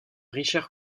richard